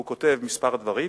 הוא כותב כמה דברים,